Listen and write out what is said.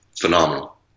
phenomenal